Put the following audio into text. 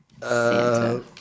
Santa